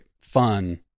fun